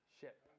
ship